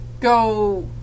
go